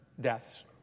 deaths